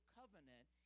covenant